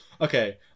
okay